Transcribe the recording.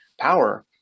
power